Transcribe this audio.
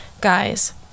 guys